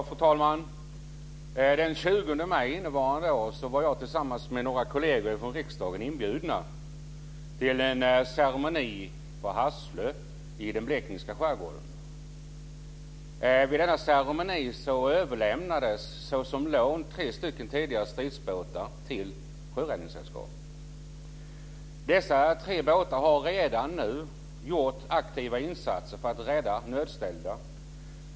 Fru talman! Den 20 maj i år var jag tillsammans med några kolleger från riksdagen inbjudna till en ceremoni på Hasslö i den blekingska skärgården. Vid denna ceremoni överlämnades såsom lån tre tidigare stridsbåtar till Sjöräddningssällskapet. Dessa tre båtar har redan nu gjort aktiva insatser för att rädda nödställda.